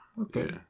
Okay